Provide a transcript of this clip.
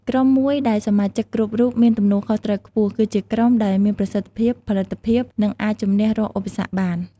ក្រុមមួយដែលសមាជិកគ្រប់រូបមានទំនួលខុសត្រូវខ្ពស់ គឺជាក្រុមដែលមានប្រសិទ្ធភាព ផលិតភាព និងអាចជំនះរាល់ឧបសគ្គបាន។